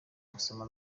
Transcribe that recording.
gusoma